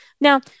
Now